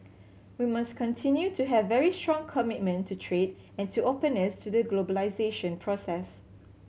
we must continue to have very strong commitment to trade and to openness to the globalisation process